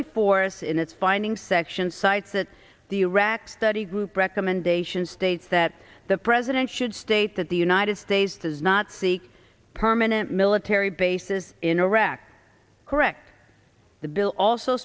before us in its finding section cites that the iraq study group recommendations states that the president should state that the united states does not seek permanent military bases in iraq correct the bill also